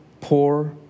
poor